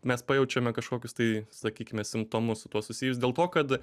mes pajaučiame kažkokius tai sakykime simptomus su tuo susijus dėl to kad